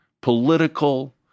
political